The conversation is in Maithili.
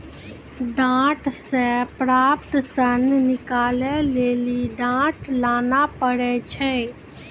डांट से प्राप्त सन निकालै लेली डांट लाना पड़ै छै